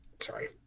sorry